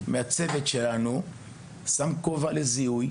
מהצוות שלנו שם כובע לזיהוי.